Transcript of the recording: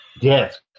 Yes